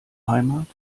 heimat